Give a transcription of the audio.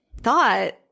thought